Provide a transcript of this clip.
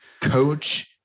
Coach